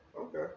Okay